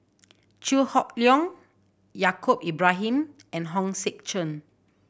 Chew Hock Leong Yaacob Ibrahim and Hong Sek Chern